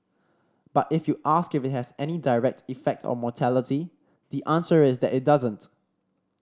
but if you ask if it has any direct effect on mortality the answer is that it doesn't